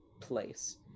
place